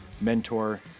mentor